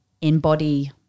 embody